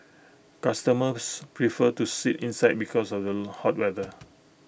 customers prefer to sit inside because of the hot weather